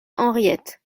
henriette